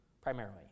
primarily